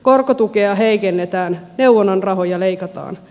korkotukea heikennetään neuvonnan rahoja leikataan